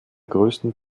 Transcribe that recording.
größten